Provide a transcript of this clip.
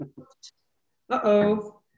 Uh-oh